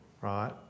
Right